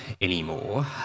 anymore